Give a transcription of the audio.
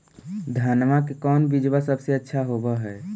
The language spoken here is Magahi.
धनमा के कौन बिजबा सबसे अच्छा होव है?